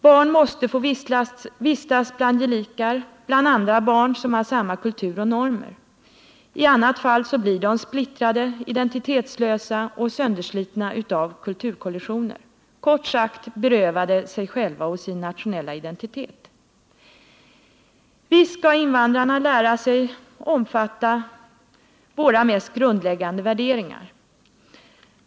Barn måste få vistas bland gelikar, bland andra barn som har samma kultur och normer. I annat fall blir de splittrade, identitetslösa och sönderslitna av kulturkollisioner, kort sagt berövade sig själva och sin nationella identitet. Visst skall invandrarna lära sig omfatta våra mest grundläggande värderingar.